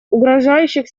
угрожающих